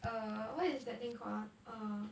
err what is that thing called ah err